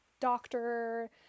doctor